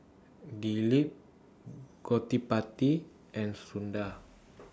Dilip Gottipati and Suda